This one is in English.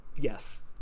Yes